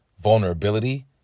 vulnerability